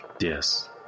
yes